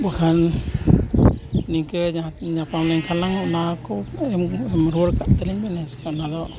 ᱵᱟᱠᱷᱟᱱ ᱱᱤᱝᱠᱟᱹ ᱡᱟᱦᱟᱸ ᱛᱤᱱ ᱧᱟᱯᱟᱢ ᱞᱮᱱᱠᱷᱟᱱ ᱞᱟᱝ ᱚᱱᱟ ᱠᱚ ᱮᱢ ᱨᱩᱣᱟᱹᱲ ᱠᱟᱜ ᱛᱟᱹᱞᱤᱧ ᱢᱮ ᱦᱮᱸ ᱥᱮ ᱵᱟᱝ ᱚᱱᱟᱫᱚ